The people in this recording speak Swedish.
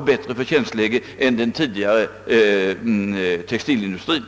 bättre förtjänstmöjligheter än den tidigare textilindustrin.